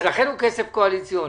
לכן הוא כסף קואליציוני,